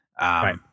Right